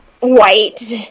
white